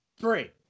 Three